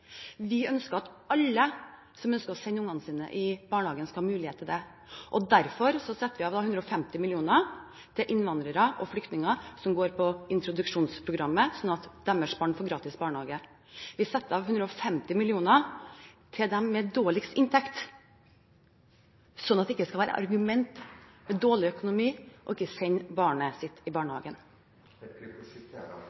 Vi ønsker at alle som ønsker å sende barna sine i barnehagen, skal ha muligheten til det. Derfor setter vi av 150 mill. kr til innvandrere og flyktninger som går på introduksjonsprogrammet, slik at barna deres får gratis barnehage. Vi setter av 150 mill. kr til dem med lavest inntekt, slik at dårlig økonomi ikke skal være et argument for ikke å sende barnet sitt i